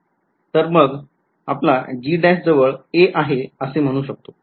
तर मग G जवळ a आहे असे म्हणू शकतो